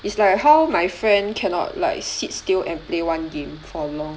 it's like how my friend cannot like sit still and play one game for long